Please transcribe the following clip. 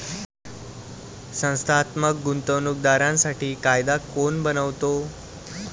संस्थात्मक गुंतवणूक दारांसाठी कायदा कोण बनवतो?